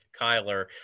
Kyler